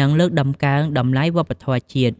និងលើកតម្កើងតម្លៃវប្បធម៌ជាតិ។